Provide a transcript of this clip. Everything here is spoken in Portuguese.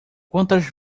quantas